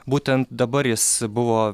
būtent dabar jis buvo